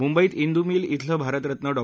मुंबईत इंदू मिल इथलं भारतरत्न डॉ